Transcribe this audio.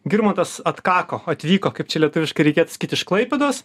girmantas atkako atvyko kaip čia lietuviškai reikėtų sakyti iš klaipėdos